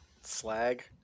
Slag